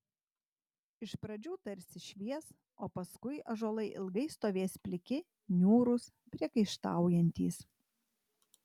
iš pradžių tarsi švies o paskui ąžuolai ilgai stovės pliki niūrūs priekaištaujantys